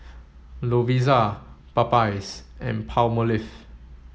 Lovisa Popeyes and Palmolive